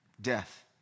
death